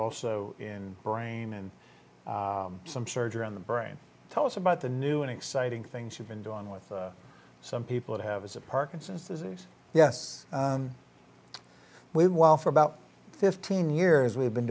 also in brain and some surgery on the brain tell us about the new and exciting things you've been doing with some people it have is a parkinson's disease yes while for about fifteen years we've been